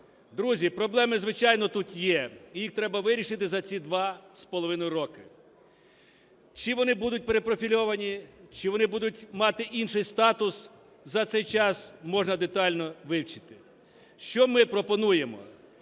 Друзі, проблеми звичайно тут є і їх треба вирішити за ці два з половиною роки. Чи вони будуть перепрофільовані, чи вони будуть мати інший статус – за цей час можна детально вивчити. Що ми пропонуємо.